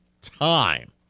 time